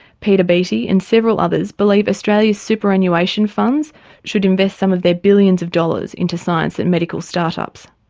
peter beattie and several others believe australia's superannuation funds should invest some of their billions of dollars into science and medical start-ups.